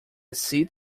seat